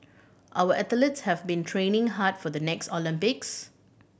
our athletes have been training hard for the next Olympics